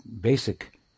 basic